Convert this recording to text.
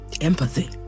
Empathy